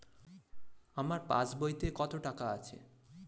আমার পাস বইতে কত টাকা আছে?